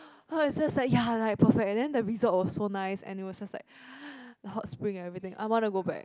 is just like ya like perfect and then the resort was so nice and it was just like the hot spring and everything I wanna go back